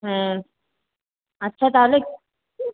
হ্যাঁ আচ্ছা তাহলে